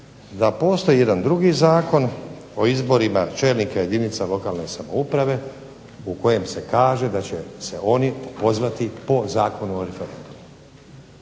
da postoji jedan drugi zakon o izborima čelnika jedinica lokalne samouprave u kojem se kaže da će se oni pozvati po Zakonu o referendumu.